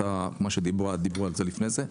מה שדיברו על זה לפני זה.